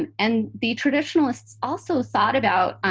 and and the traditionalists also thought about,